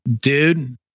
dude